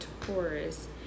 Taurus